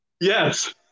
Yes